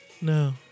No